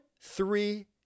three